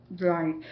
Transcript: Right